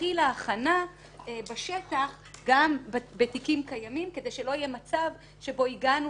תתחיל ההכנה בשטח גם בתיקים קיימים כדי שלא יהיה מצב שבו הגענו